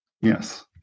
Yes